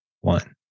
one